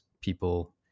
people